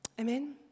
Amen